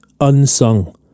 unsung